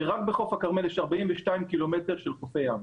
רק בחוף הכרמל יש 42 ק"מ של חופי ים.